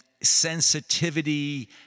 sensitivity